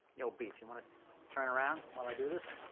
you know beef, you wanna turn around while i do this?